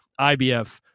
IBF